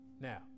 Now